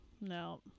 No